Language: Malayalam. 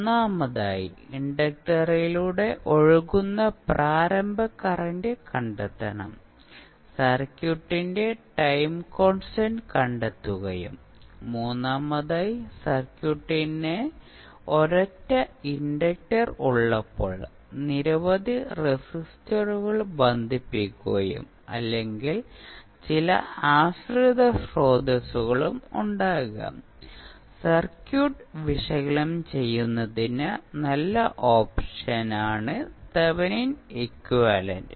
ഒന്നാമതായി ഇൻഡക്റ്ററിലൂടെ ഒഴുകുന്ന പ്രാരംഭ കറന്റ് കണ്ടെത്തണം സർക്യൂട്ടിന്റെ ടൈം കോൺസ്റ്റന്റ് കണ്ടെത്തുകയും മൂന്നാമതായി സർക്യൂട്ടിന് ഒരൊറ്റ ഇൻഡക്റ്റർ ഉള്ളപ്പോൾ നിരവധി റെസിസ്റ്ററുകൾ ബന്ധിപ്പിക്കുകയും അല്ലെങ്കിൽ ചില ആശ്രിത സ്രോതസ്സുകളും ഉണ്ടാകാം സർക്യൂട്ട് വിശകലനം ചെയ്യുന്നതിനുള്ള നല്ല ഓപ്ഷനാണ് തെവെനിൻ എക്വിവാലെന്റ്